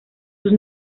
sus